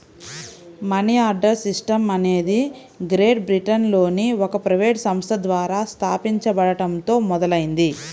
money order system అనేది great బ్రిటన్లోని ఒక ప్రైవేట్ సంస్థ ద్వారా స్థాపించబడటంతో మొదలైంది